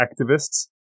activists